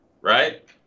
right